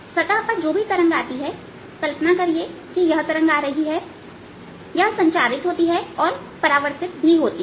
सतह पर जो भी तरंग आती हैकल्पना करिए कि यह तरंग आ रही हैयह संचारित होती है और परावर्तित भी होती है